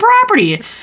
property